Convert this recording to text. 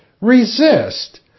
resist